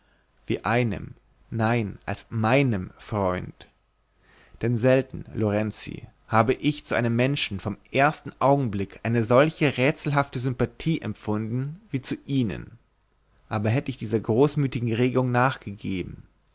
wie einem nein als meinem freund denn selten lorenzi habe ich zu einem menschen vom ersten augenblick eine solche rätselhafte sympathie empfunden wie zu ihnen aber hätt ich dieser großmütigen regung nachgegeben